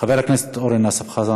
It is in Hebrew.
חבר הכנסת אורן אסף חזן.